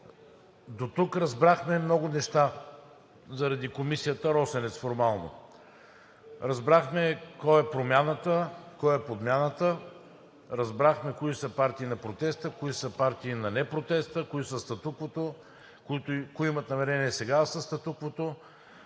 Дотук разбрахме много неща заради комисията „Росенец“ – формално. Разбрахме кой е промяната, кой е подмяната, разбрахме кои са партии на протеста, кои са партии на непротеста, кои са статуквото, кои имат намерение сега да са статуквото.